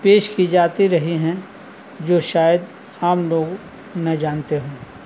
پیش کی جاتی رہی ہیں جو شاید عام لوگ نہ جانتے ہوں